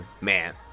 Man